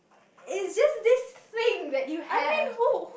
it's just this thing that you have